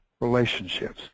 relationships